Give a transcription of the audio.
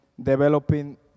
developing